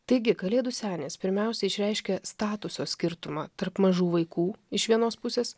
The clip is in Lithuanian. taigi kalėdų senis pirmiausia išreiškia statuso skirtumą tarp mažų vaikų iš vienos pusės